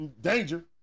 danger